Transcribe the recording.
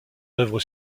œuvre